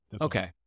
Okay